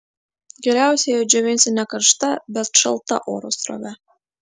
geriausia jei džiovinsi ne karšta bet šalta oro srove